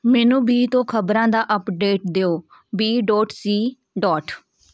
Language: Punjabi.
ਮੈਨੂੰ ਬੀ ਤੋਂ ਖ਼ਬਰਾਂ ਦਾ ਅਪਡੇਟ ਦਿਓ ਬੀ ਡੋਟ ਸੀ ਡੋਟ